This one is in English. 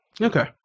Okay